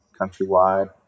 countrywide